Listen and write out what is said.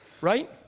Right